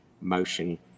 motion